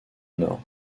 nord